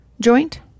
joint